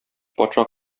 патша